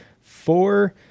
four